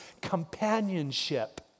companionship